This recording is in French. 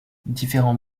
différents